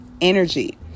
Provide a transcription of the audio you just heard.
energy